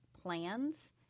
plans